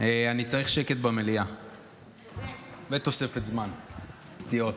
אני צריך שקט במליאה ותוספת זמן פציעות.